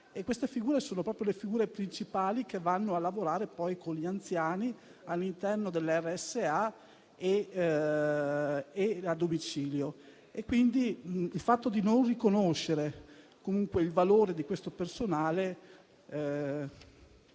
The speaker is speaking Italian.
Queste sono proprio le figure principali che vanno a lavorare poi con gli anziani all'interno delle RSA e a domicilio. Non ritengo giusto, dunque, il fatto di non riconoscere comunque il valore di questo personale.